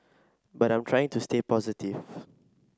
but I am trying to stay positive